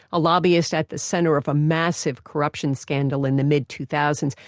a lobbyist at the center of a massive corruption scandal in the mid two thousand